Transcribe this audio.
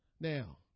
now